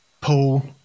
Paul